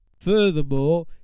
Furthermore